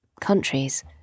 countries